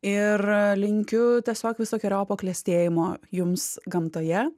ir linkiu tiesiog visokeriopo klestėjimo jums gamtoje